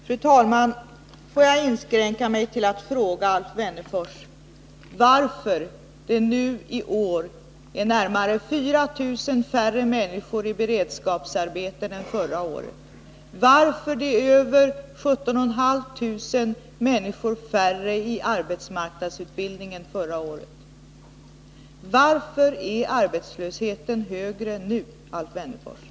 Fru talman! Jag vill inskränka mig till att fråga Alf Wennerfors varför det nui år är närmare 4 000 färre människor i beredskapsarbete än förra året och varför det är över 17 500 människor färre i arbetsmarknadsutbildning än förra året. Varför är arbetslösheten högre nu, Alf Wennerfors?